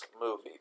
movie